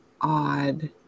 odd